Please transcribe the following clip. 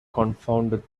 confounded